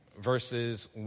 verses